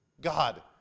God